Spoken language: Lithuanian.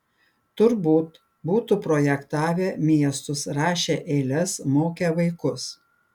turbūt būtų projektavę miestus rašę eiles mokę vaikus